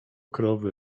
krowy